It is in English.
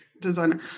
Designer